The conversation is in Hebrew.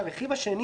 הרכיב השני,